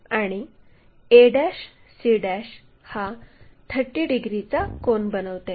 आणि a c हा 30 डिग्रीचा कोन बनवते